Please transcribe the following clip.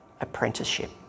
apprenticeship